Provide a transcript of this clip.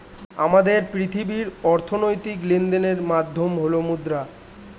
আমাদের পৃথিবীর অর্থনৈতিক লেনদেনের মাধ্যম হল মুদ্রা